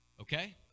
okay